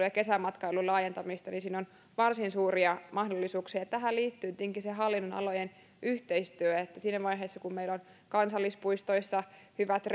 ja kesämatkailun laajentamista niin siinä on varsin suuria mahdollisuuksia ja tähän liittyy tietenkin se hallinnonalojen yhteistyö eli siinä vaiheessa kun meillä on kansallispuistoissa hyvät